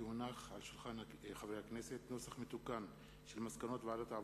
כי הונח על שולחן הכנסת נוסח מתוקן של מסקנות ועדת העבודה,